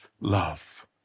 love